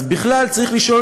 אז בכלל זה אומר דורשני,